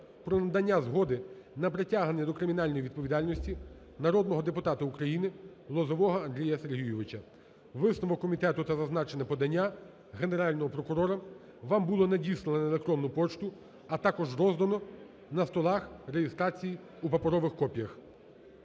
про надання згоди про притягнення до кримінальної відповідальності народного депутата України Лозового Андрія Сергійовича. Висновок комітету та зазначене подання Генерального прокурора вам було надіслано на електрону пошту, а також роздано на столах реєстрації у паперових копіях.